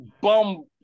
bum